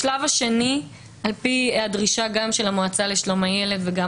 השלב השני גם על פי הדרישה של המועצה לשלום הילד וגם